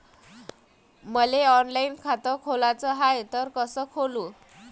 मले ऑनलाईन खातं खोलाचं हाय तर कस खोलू?